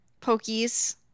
Pokies